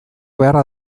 beharra